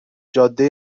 جاده